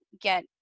get